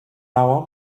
now